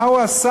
מה הוא עשה?